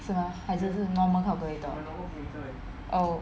是吗还是 normal calculator oh